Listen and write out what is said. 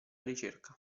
ricerca